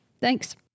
Thanks